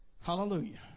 Hallelujah